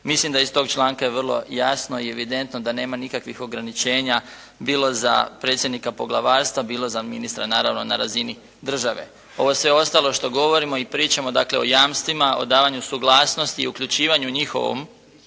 Mislim da iz tog članka je vrlo jasno i evidentno da nema nikakvih ograničenja, bilo za predsjednika poglavarstva, bilo za ministra, naravno na razini države. Ovo sve ostalo što govorimo i pričamo, dakle o jamstvima, o davanju suglasnosti i uključivanju njihovom